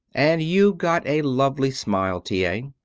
and you've got a lovely smile, t. a.